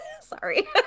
Sorry